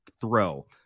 throw